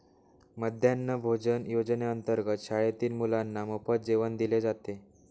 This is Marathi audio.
मध्यान्ह भोजन योजनेअंतर्गत शाळेतील मुलांना मोफत जेवण दिले जाते